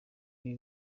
ibi